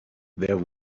there